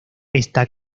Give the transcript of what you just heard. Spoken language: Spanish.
esta